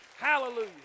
Hallelujah